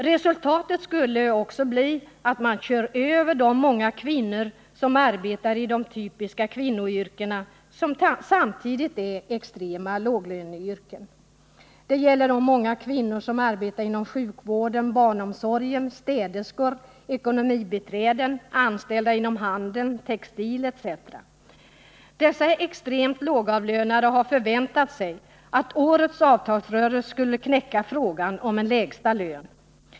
Resultatet skulle bli att man kör över de många kvinnor som arbetar i de typiska kvinnoyrkena, som samtidigt är extrema låglöneyrken. Det gäller de många kvinnor som arbetar inom sjukvården och barnomsorgen, städerskor, ekonomibiträden, anställda inom handeln, textil etc. Dessa extremt lågavlönade har förväntat sig att årets avtalsrörelse skulle knäcka frågan om en lägsta lön.